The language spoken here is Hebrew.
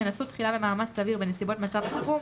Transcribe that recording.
ינסו תחילה במאמץ סביר בנסיבות מצב החירום,